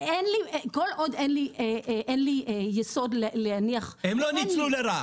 כל עוד אין לי יסוד להניח --- הם לא ניצלו לרעה.